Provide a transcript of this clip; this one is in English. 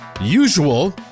usual